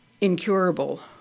incurable